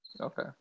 Okay